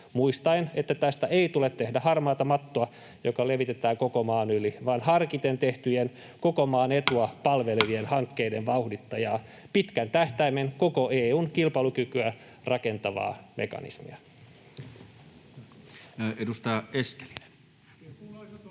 muistaen, että tästä ei tule tehdä harmaata mattoa, joka levitetään koko maan yli, vaan harkiten tehtyjen, koko maan etua palvelevien hankkeiden vauhdittaja, koko EU:n kilpailukykyä rakentava pitkän